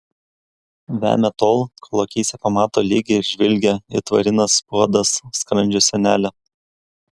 vemia tol kol akyse pamato lygią ir žvilgią it varinis puodas skrandžio sienelę